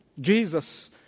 Jesus